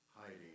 hiding